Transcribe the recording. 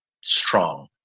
strong